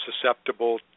susceptible